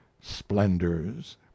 splendors